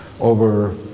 over